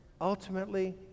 ultimately